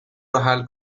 روحل